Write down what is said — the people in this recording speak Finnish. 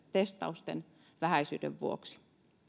testausten vähäisyyden vuoksi